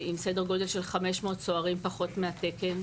עם סדר גודל של 500 סוהרים פחות מהתקן.